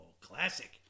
Classic